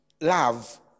love